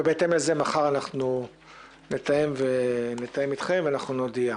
ובהתאם לזה מחר נתאם אתכם ונודיע.